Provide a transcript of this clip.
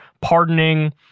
pardoning